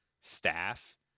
staff